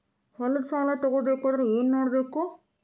ಹೊಲದ ಸಾಲ ತಗೋಬೇಕಾದ್ರೆ ಏನ್ಮಾಡಬೇಕು?